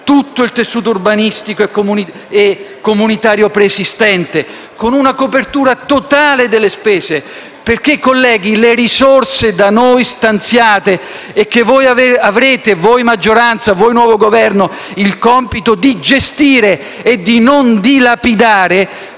tutto il tessuto urbanistico e comunitario preesistente, con una copertura totale delle spese. Colleghi, le risorse da noi stanziate e che voi - maggioranza e nuovo Governo - avrete il compito di gestire e di non dilapidare